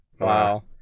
Wow